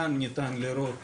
כאן ניתן לראות